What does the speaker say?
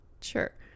sure